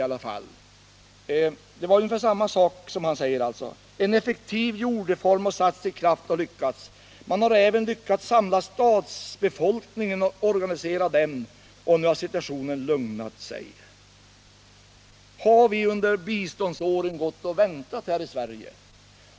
Utrikesministern sade ungefär detsamma som Ölander: En effektiv jordreform har satts i kraft och lyckats. Man har även lyckats samla stadsbefolkningen och organisera den. Och nu har situationen lugnat sig. Har vi under biståndsåren gått och väntat här i Sverige?